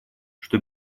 что